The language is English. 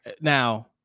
Now